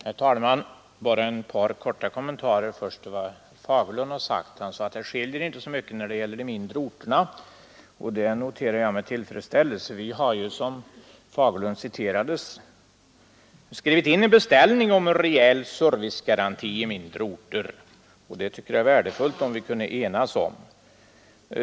Herr talman! Jag vill till att börja med göra ett par korta kommentarer till vad herr Fagerlund sagt. Han sade att det inte skiljer så mycket när det gäller uppfattningen om de mindre orterna, och det noterar jag med tillfredsställelse. Vi har ju, som herr Fagerlund citerade, skrivit in en beställning om en reell servicegaranti i mindre orter, och jag tycker det är värdefullt om vi kan enas om den skrivningen.